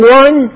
one